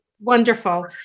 wonderful